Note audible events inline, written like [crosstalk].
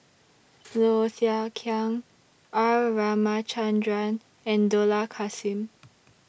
[noise] Low Thia Khiang R Ramachandran and Dollah Kassim